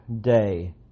day